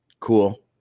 Cool